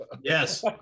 Yes